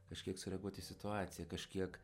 kažkiek sureaguot į situaciją kažkiek